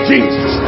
Jesus